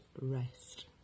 rest